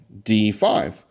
D5